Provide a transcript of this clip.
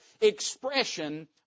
expression